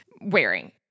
wearing